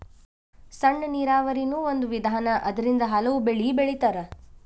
ಸಣ್ಣ ನೇರಾವರಿನು ಒಂದ ವಿಧಾನಾ ಅದರಿಂದ ಹಲವು ಬೆಳಿ ಬೆಳಿತಾರ